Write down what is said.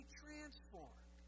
transformed